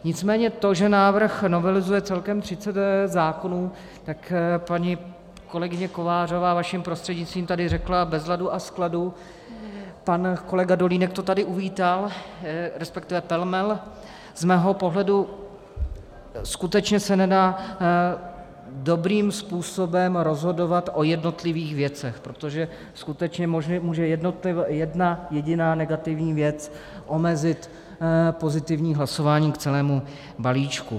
Nicméně to, že návrh novelizuje celkem 30 zákonů, tak paní kolegyně Kovářová, vaším prostřednictvím, tady řekla bez ladu a skladu, pan Dolínek to tady uvítal, resp. pelmel, z mého pohledu skutečně se nedá dobrým způsobem rozhodovat o jednotlivých věcech, protože skutečně může jedna jediná negativní věc omezit pozitivní hlasování k celému balíčku.